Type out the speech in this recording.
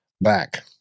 back